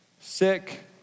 sick